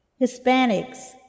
Hispanics